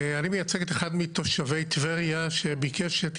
אני מייצג את אחד מתושבי טבריה שביקש את